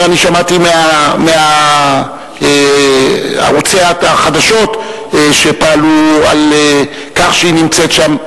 שאמר שהוא שמע מערוצי החדשות שפעלו על כך שהיא נמצאת שם,